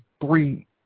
three